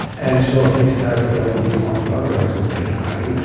and so he started throwing these monologue that wasn't very funny.